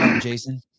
Jason